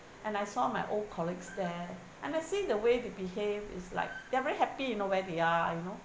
and I saw my old colleagues there and I see the way they behave is like they are very happy you know where they are you know